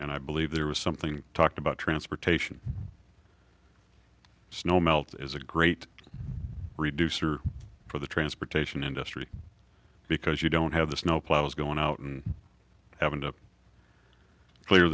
and i believe there was something talked about transportation snow melt is a great reduce or for the transportation industry because you don't have the snowplows going out and having to clear